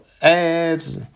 ads